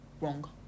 wrong